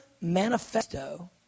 manifesto